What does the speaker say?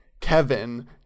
Kevin